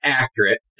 accurate